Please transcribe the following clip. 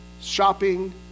shopping